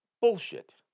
Bullshit